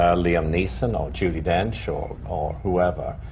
liam neeson or judi dench or or whoever,